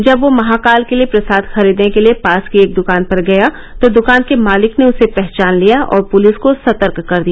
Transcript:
जब वह महाकाल के लिए प्रसाद खरीदने के लिए पास की एक द्वकान पर गया तो द्वकान के मालिक ने उसे पहचान लिया और पुलिस को सतर्क कर दिया